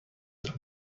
داد